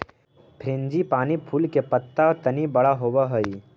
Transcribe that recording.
frangipani फूल के पत्त्ता तनी बड़ा होवऽ हई